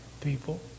people